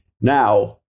Now